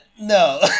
No